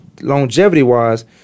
longevity-wise